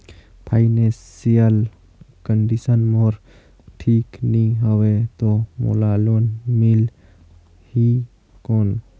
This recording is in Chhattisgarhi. फाइनेंशियल कंडिशन मोर ठीक नी हवे तो मोला लोन मिल ही कौन??